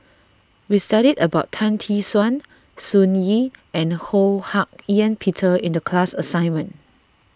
we studied about Tan Tee Suan Sun Yee and Ho Hak Ean Peter in the class assignment